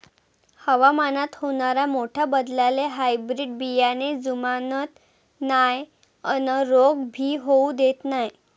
हवामानात होनाऱ्या मोठ्या बदलाले हायब्रीड बियाने जुमानत नाय अन रोग भी होऊ देत नाय